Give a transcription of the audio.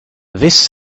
this